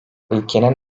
ülkenin